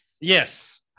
yes